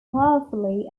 powerfully